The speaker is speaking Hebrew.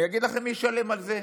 אני אגיד לכם מי ישלם על זה,